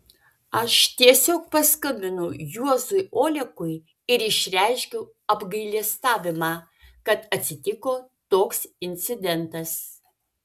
aš tiesiog paskambinau juozui olekui ir išreiškiau apgailestavimą kad atsitiko toks incidentas